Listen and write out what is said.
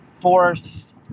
force